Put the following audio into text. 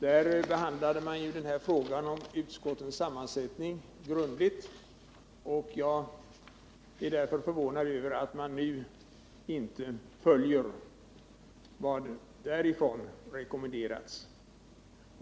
Där behandlades frågan om utskottens sammansättning grundligt, och jag är förvånad över att man nu inte följer vad som därifrån rekommenderats.